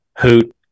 hoot